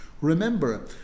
Remember